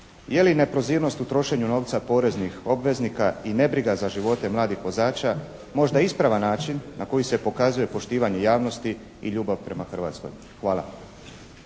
je li neprozirnost u trošenju novca poreznih obveznika i nebriga za živote mladih vozača možda ispravan način na koji se pokazuje poštivanje javnosti i ljubav prema Hrvatskoj? Hvala.